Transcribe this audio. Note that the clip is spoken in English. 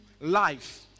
life